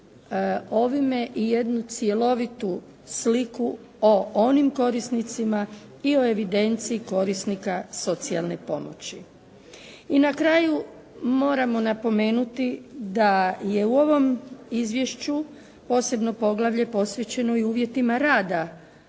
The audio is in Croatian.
ovime i jednu cjelovitu sliku o onim korisnicima i o evidenciji korisnika socijalne pomoći. I na kraju moramo napomenuti da je u ovom izvješću posebno poglavlje posvećeno i uvjetima rada